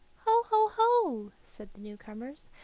ho, ho, ho! said the new-comers.